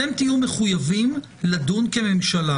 תהיו מחויבים לדון כממשלה,